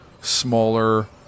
smaller